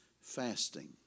fasting